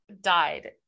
died